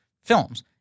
films